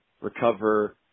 recover